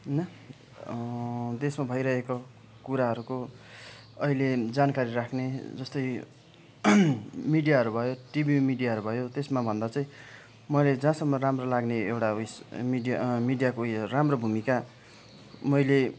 होइन देशमा भइरहेको कुराहरूको अहिले जानकारी राख्ने जस्तै मिडियाहरू भयो टिभी मिडियाहरू भयो त्यसमा भन्दा चाहिँ मैले जहाँसम्म राम्रो लाग्ने एउटा ऊ यस मिडिया मिडियाको यो राम्रो भूमिका मैले